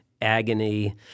agony